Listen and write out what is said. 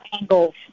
angles